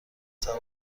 سوار